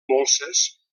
molses